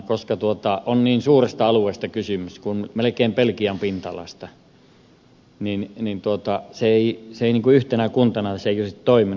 koska on niin suuresta alueesta kysymys kuin melkein belgian pinta alasta niin se ei yhtenä kuntana olisi toiminut